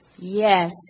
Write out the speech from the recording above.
Yes